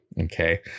okay